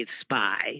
spy